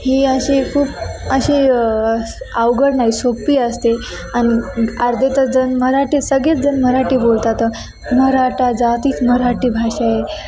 ही अशी खूप अशी अवघड नाही सोपी असते आणि अर्धे तर जण मराठी सगळेच जण मराठी बोलतात मराठा जातीत मराठी भाषा आहे